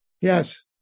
yes